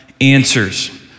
answers